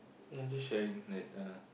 ya just sharing that uh